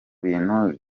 bintu